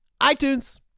iTunes